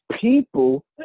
people